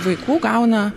vaikų gauna